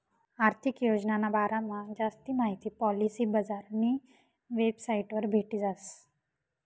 आर्थिक योजनाना बारामा जास्ती माहिती पॉलिसी बजारनी वेबसाइटवर भेटी जास